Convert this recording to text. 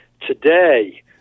Today